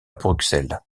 bruxelles